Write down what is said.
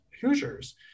Hoosiers